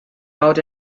out